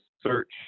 search